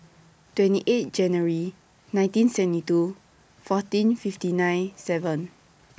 twenty eight January nineteen seventy two fourteen fifty nine seven